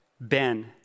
Ben